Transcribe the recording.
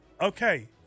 okay